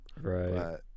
Right